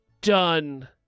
done